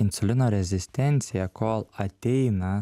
insulino rezistencija kol ateina